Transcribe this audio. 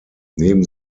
neben